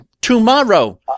tomorrow